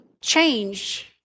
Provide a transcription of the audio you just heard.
change